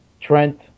Trent